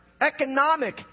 economic